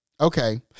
Okay